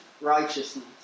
righteousness